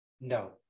no